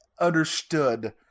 understood